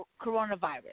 coronavirus